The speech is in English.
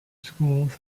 schools